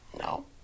No